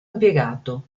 impiegato